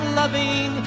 loving